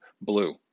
Blue